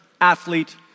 athlete